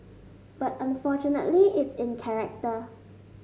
but unfortunately it's in character